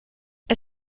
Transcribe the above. est